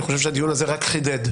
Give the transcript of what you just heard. אני חושב שהדיון הזה רק חידד,